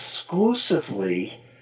exclusively